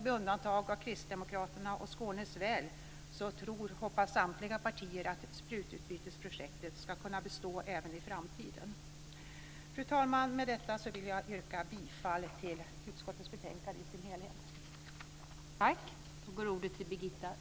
Med undantag för Kristdemokraterna och Skånes väl hoppas samtliga partier att sprututbytesprojektet ska kunna bestå även i framtiden. Fru talman! Med detta yrkar jag bifall till utskottets hemställan i dess helhet.